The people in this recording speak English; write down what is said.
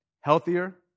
Healthier